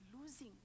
losing